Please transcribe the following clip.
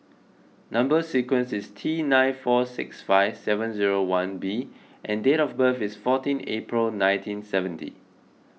Number Sequence is T nine four six five seven zero one B and date of birth is fourteen April nineteen seventy